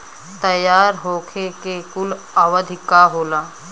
तैयार होखे के कूल अवधि का होला?